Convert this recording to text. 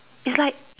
it's like